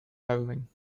howling